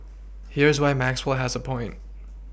here's why Maxwell has a point